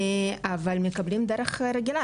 אבל מקבלים בדרך רגילה,